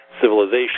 civilization